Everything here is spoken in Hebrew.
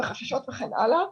חששות וכן הלאה,